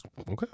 Okay